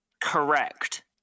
Correct